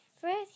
First